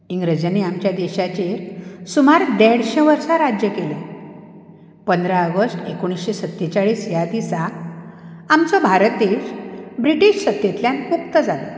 इंग्रजांनी आमच्या देशाचेर सुमार देडशें वर्सां राज्य केलें पंदरा ऑगस्ट एकुणशे सत्तेचाळीस ह्या दिसा आमचो भारत देश ब्रिटीश सत्तेंतल्यान मुक्त जालो